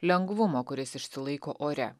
lengvumo kuris išsilaiko ore